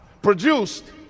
produced